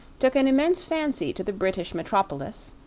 took an immense fancy to the british metropolis,